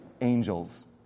angels